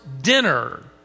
dinner